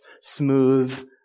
smooth